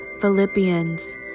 Philippians